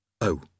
Oh